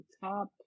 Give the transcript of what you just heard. top